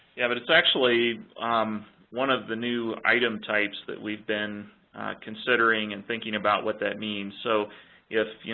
yeah, but it's actually um one of the new item types that we've been considering and thinking about what that means, so if you